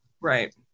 Right